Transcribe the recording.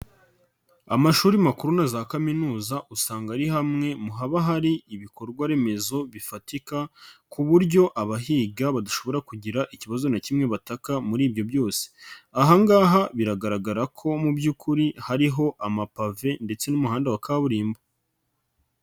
Amashuri makuru na za kaminuza usanga ari hamwe mu haba hari ibikorwaremezo bifatika, ku buryo abahiga badashobora kugira ikibazo na kimwe bataka muri ibyo byose, aha ngaha biragaragara ko mu by'ukuri hariho amapave ndetse n'umuhanda wa kaburimbo.